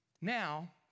Now